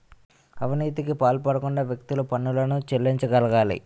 అవినీతికి పాల్పడకుండా వ్యక్తులు పన్నులను చెల్లించగలగాలి